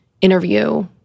interview